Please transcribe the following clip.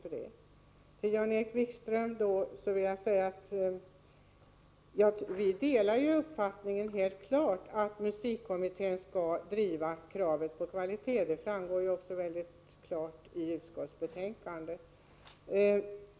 Till Jan-Erik Wikström vill jag säga att vi helt klart delar uppfattningen att musikkommittén skall driva kravet på kvalitet. Det framgår ju också tydligt av utskottsbetänkandet.